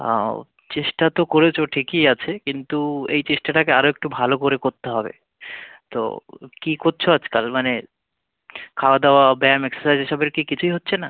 আও চেষ্টা তো করেছো ঠিকই আছে কিন্তু এই চেষ্টাটাকে আরও একটু ভালো করে করতে হবে তো কী করছো আজকাল মানে খাওয়া দাওয়া ব্যায়াম এক্সারসাইজ এসবের কি কিছুই হচ্ছে না